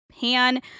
pan